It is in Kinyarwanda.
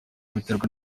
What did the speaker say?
biterwa